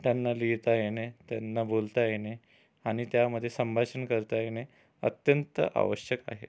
त्यांना लिहिता येणे त्यांना बोलता येणे आणि त्यामध्ये संभाषण करता येणे अत्यंत आवश्यक आहे